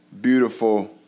beautiful